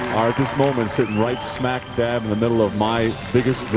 are just moments sitting right smack dab in the middle of my biggest